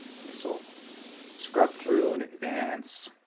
and this will scrub through and advance,